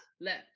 left